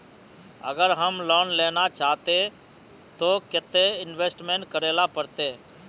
अगर हम लोन लेना चाहते तो केते इंवेस्ट करेला पड़ते?